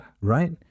Right